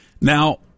Now